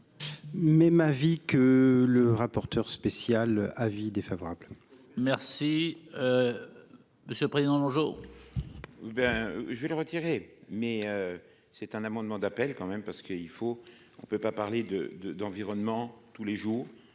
Même avis que le rapporteur spécial avis défavorable. Merci Monsieur président bonjour. Ben, je vais le retirer mais c'est un amendement d'appel quand même parce qu'il faut, on peut pas parler de, de, d'environnement, tous les jours,